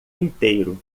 inteiro